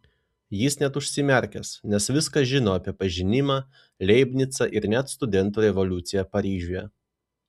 jis net užsimerkęs nes viską žino apie pažinimą leibnicą ir net studentų revoliuciją paryžiuje